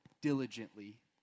diligently